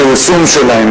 הפרסום שלהם,